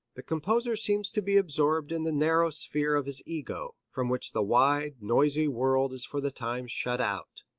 the composer seems to be absorbed in the narrow sphere of his ego, from which the wide, noisy world is for the time shut out.